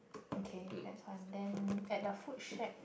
okay that's one then at the food shack